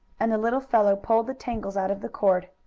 and the little fellow pulled the tangles out of the cord,